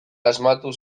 asmatu